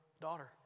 daughter